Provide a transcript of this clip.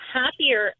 happier